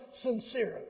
sincerely